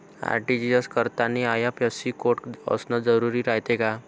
RTGS करतांनी IFSC code असन जरुरी रायते का?